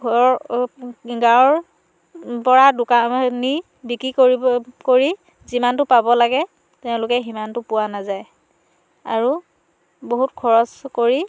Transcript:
ঘৰৰ গাঁৱৰ পৰা দোকান নি বিক্ৰী কৰিব কৰি যিমানটো পাব লাগে তেওঁলোকে সিমানটো পোৱা নাযায় আৰু বহুত খৰচ কৰি